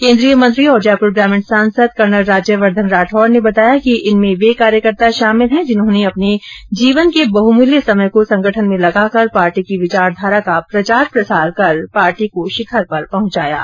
केन्द्रीय मंत्री और जयपुर ग्रामीण सांसद कर्नल राज्यवर्द्वन राठौड ने बताया कि इनमें वे कार्यकर्ता शामिल है जिन्होंने अपने जीवन के बहुमूल्य समय को संगठन में लगाकर पार्टी की विचारधारा का प्रचार प्रसार कर पार्टी को शिखर पर पहुचाया है